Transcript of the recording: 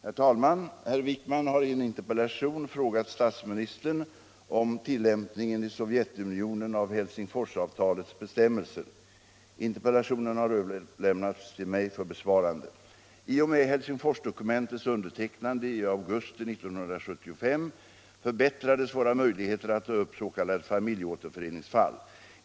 Herr talman! Herr Wijkman har i en interpellation frågat statsministern om tillämpningen i Sovjetunionen av Helsingforsavtalets bestämmelser. Interpellationen har överlämnats till mig för besvarande. I och med Helsingforsdokumentets undertecknande i augusti 1975 förbättrades våra möjligheter att ta upp s.k. familjeåterföreningsfall.